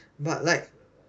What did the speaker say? but like